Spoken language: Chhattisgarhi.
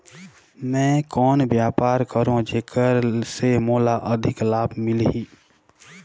मैं कौन व्यापार करो जेकर से मोला अधिक लाभ मिलही?